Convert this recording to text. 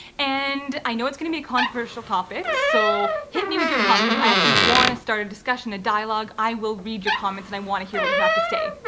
and i know it's gonna be a controversial topic. so hit me with your comments. i actually want to start a discussion, a dialogue. i will read your comments and i want to hear what you have to state.